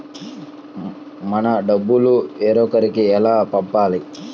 మన డబ్బులు వేరొకరికి ఎలా పంపాలి?